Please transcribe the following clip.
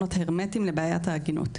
פתרונות הרמטיים לבעיית העגינות.